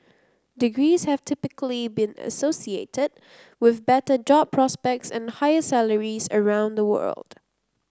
degrees have typically been associated with better job prospects and higher salaries around the world